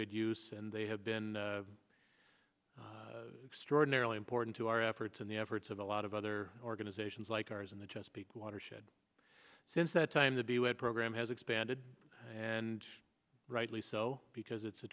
good use and they have been extraordinarily important to our efforts and the efforts of a lot of other organizations like ours in the chesapeake watershed since that time to be what program has expanded and rightly so because it's a